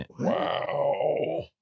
Wow